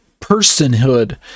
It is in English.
personhood